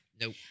Nope